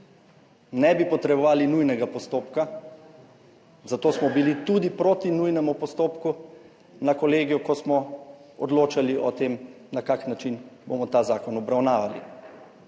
Ne bi potrebovali nujnega postopka, zato smo bili tudi proti nujnemu postopku na Kolegiju, ko smo odločali o tem na kakšen način bomo ta zakon obravnavali,